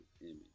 image